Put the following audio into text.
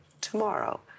tomorrow